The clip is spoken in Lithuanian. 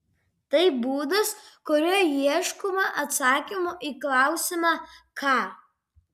tai būdas kuriuo ieškoma atsakymo į klausimą ką